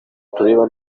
tureba